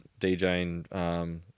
DJing